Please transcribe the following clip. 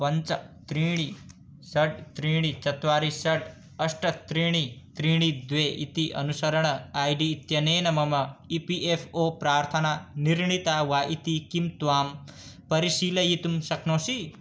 पञ्च त्रीणि षट् त्रीणि चत्वारि षट् अष्ट त्रीणि त्रीणि द्वे इति अनुसरण ऐ डी इत्यनेन मम ई पी एफ़् ओ प्रार्थना निर्णिता वा इति किं त्वां परिशीलयितुं शक्नोषि